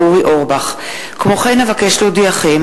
אדוני השר,